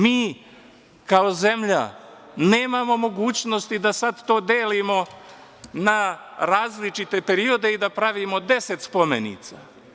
Mi kao zemlja nemamo mogućnosti da sada to delimo na različite periode i da pravimo deset spomenica.